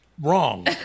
Wrong